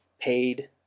paid